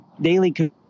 daily